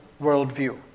worldview